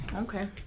Okay